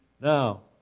Now